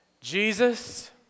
Jesus